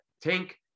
Tank